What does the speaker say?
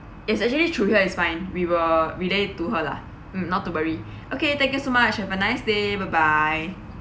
it's actually through here is fine we will relay to her lah mm not to worry okay thank you so much have a nice day bye bye